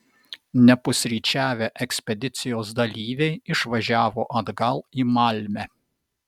nepusryčiavę ekspedicijos dalyviai išvažiavo atgal į malmę